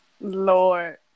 lord